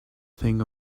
thing